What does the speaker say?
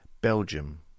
Belgium